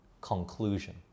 conclusion